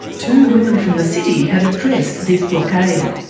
two women from the city had addressed this blockade.